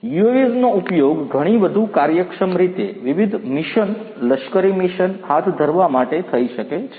UAVsનો ઉપયોગ ઘણી વધુ કાર્યક્ષમ રીતે વિવિધ મિશન લશ્કરી મિશન હાથ ધરવા માટે થઈ શકે છે